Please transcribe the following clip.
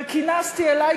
וכינסתי אלי,